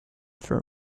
for